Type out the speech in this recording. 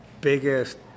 biggest